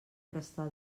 prestar